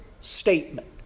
statement